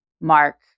Mark